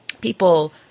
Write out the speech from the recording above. people